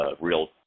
real